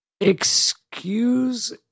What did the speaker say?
excuse